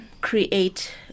create